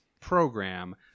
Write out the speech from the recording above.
program